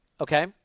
Okay